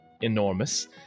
enormous